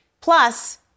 Plus